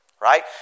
right